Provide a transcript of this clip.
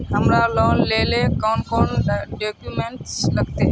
हमरा लोन लेले कौन कौन डॉक्यूमेंट लगते?